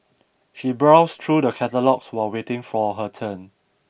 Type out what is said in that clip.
she browsed through the catalogues while waiting for her turn